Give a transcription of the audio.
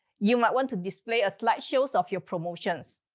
you might want to display ah slideshows of your promotions.